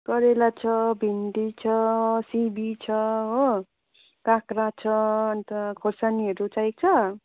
करेला छ भिन्डी छ सिमी छ हो काँक्रा छ अन्त खोर्सानीहरू चाहिएको छ